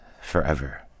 forever